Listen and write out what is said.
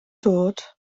dod